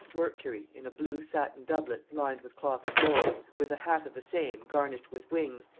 mercury, in a blue satin doublet lined with cloth of gold, with a hat of the same garnished with wings,